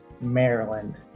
Maryland